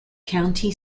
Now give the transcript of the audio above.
county